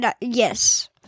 Yes